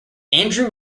andrew